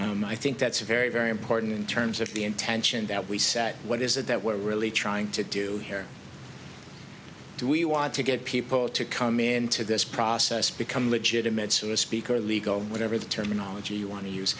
and i think that's a very very important in terms of the intention that we set what is it that we're really trying to do here do we want to get people to come into this process become legitimate so a speaker legal whatever the terminology you want to use